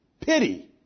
Pity